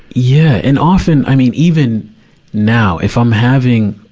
yeah. and often, i mean, even now, if i'm having,